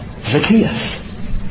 Zacchaeus